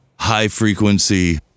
high-frequency